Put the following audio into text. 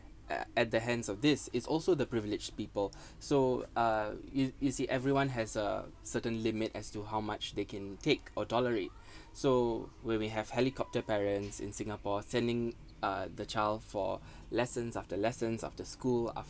uh at the hands of this it's also the privileged people so uh you you see everyone has a certain limit as to how much they can take or tolerate so when we have helicopter parents in singapore sending uh the child for lessons after lessons after school after